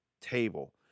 table